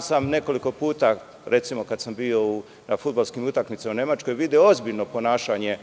sam nekoliko puta, recimo kada sam bio na fudbalskim utakmicama u Nemačkoj, video ozbiljno ponašanje